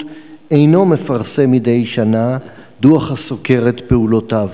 אינו מפרסם מדי שנה דוח הסוקר את פעולותיו.